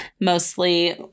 mostly